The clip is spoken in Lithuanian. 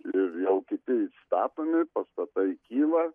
ir jau kiti statomi pastatai kyla